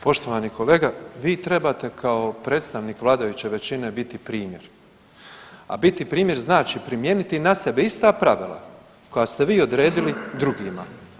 Poštovani kolega, vi trebate kao predstavnik vladajuće većine biti primjer, a biti primjer znači primijeniti na sebe ista pravila koja ste vi odredili drugima.